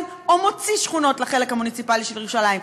או מוציא שכונות מהחלק המוניציפלי של ירושלים.